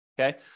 okay